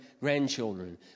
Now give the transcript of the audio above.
grandchildren